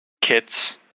kits